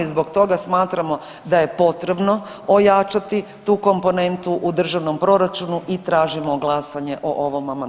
Zbog toga smatramo da je potrebno ojačati tu komponentu u državnom proračunu i tražimo glasanje o ovom amandmanu.